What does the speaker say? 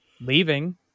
leaving